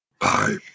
Bye